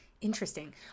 Interesting